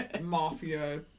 mafia